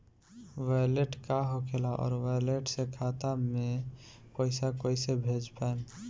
Wallet का होखेला और वैलेट से खाता मे पईसा कइसे भेज पाएम?